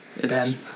Ben